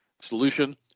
solution